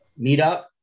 meetup